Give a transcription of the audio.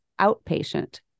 outpatient